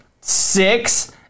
six